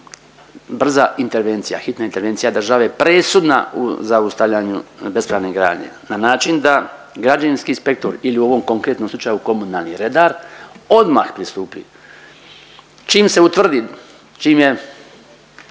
brza intervencija, hitna intervencija države presudna u zaustavljanju bespravne gradnje na način da građevinski inspektor ili u ovom konkretnom slučaju komunalni redar odmah pristupi, čim se utvrdi, čim je